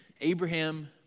Abraham